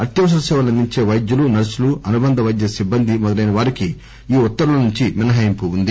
అత్యవసర సేవలు అందించే వైద్యులు నర్సులు అనుటంధ వైద్య సిబ్బంది మొదలైన వారికి ఈ ఉత్తర్వుల నుంచి మినహాయింపు ఉంది